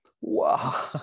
Wow